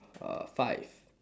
uh five